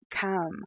come